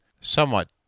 somewhat